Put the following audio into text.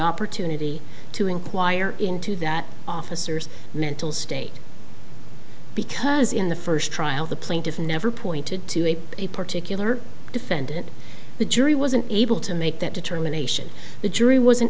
opportunity to enquire into that officers mental state because in the first trial the plaintiff never pointed to a particular defendant the jury wasn't able to make that determination the jury wasn't